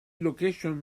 location